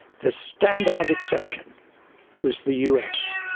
the standout exception was the us,